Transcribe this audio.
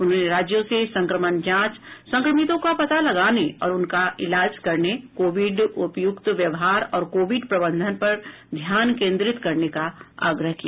उन्होंने राज्यों से संक्रमण जांच संक्रमितों का पता लगाने और उनका इलाज करने कोविड उपयुक्त व्यवहार और कोविड प्रबंधन पर ध्यान केंद्रित करने का आग्रह किया